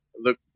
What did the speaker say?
look